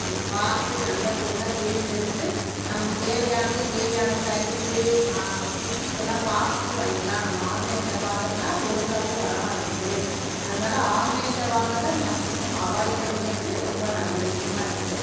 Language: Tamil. பார்த்து நல்ல பொருளாக தேர்ந்தெடுத்து நமக்கு தேவையானது தேவையான சைசு ஃபிக்சிங்யெல்லாம் பார்த்துட்டு வாங்கிகலாம் நம்ம ஆன்லைனில் பார்த்தம்ன்னா அது ஒழுங்காகவே வர மாட்டங்குது அதனால ஆன்லைனில் வாங்கிறதான் மேக்ஸிமம் அவாய்ட் பண்ணிக்கிறது ரொம்ப நல்ல விஷயமாக இருக்குது